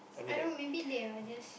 I mean like